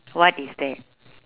what is that